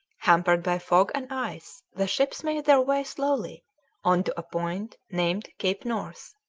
hampered by fog and ice, the ships made their way slowly on to a point named cape north.